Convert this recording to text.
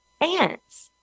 Ants